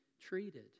treated